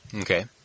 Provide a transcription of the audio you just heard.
Okay